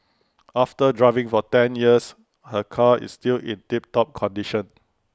after driving for ten years her car is still in tip top condition